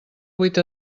vuit